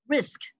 Risk